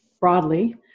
broadly